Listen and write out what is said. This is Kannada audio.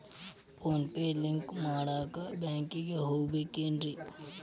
ಈ ಫೋನ್ ಪೇ ಲಿಂಕ್ ಮಾಡಾಕ ಬ್ಯಾಂಕಿಗೆ ಹೋಗ್ಬೇಕೇನ್ರಿ?